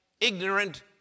ignorant